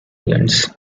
islands